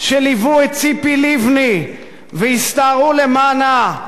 שליוו את ציפי לבני והסתערו למענה,